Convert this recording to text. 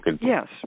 Yes